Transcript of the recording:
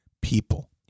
people